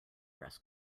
dress